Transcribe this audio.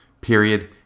period